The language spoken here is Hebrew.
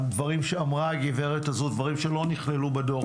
הדברים שאמרה הגברת הזאת דברים שלא נכללו בדוח,